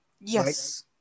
yes